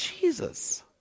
Jesus